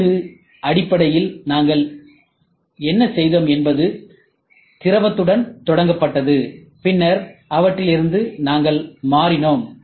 மெழுகு அடிப்படையில் நாங்கள் என்ன செய்தோம் என்பது திரவத்துடன் தொடங்கப்பட்டது பின்னர் அவற்றிலிருந்து நாங்கள் மாறினோம்